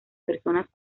personas